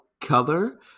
color